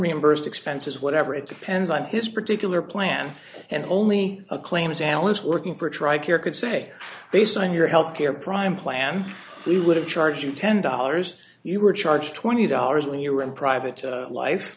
reimbursed expenses whatever it depends on his particular plan and only a claims analyst working for tri care could say based on your healthcare prime plan we would have charged you ten dollars you were charged twenty dollars when you were in private life